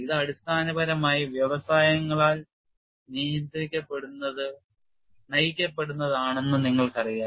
ഇത് അടിസ്ഥാനപരമായി വ്യവസായങ്ങളാൽ നയിക്കപ്പെടുന്നത് ആണെന്ന് നിങ്ങൾക്കറിയാം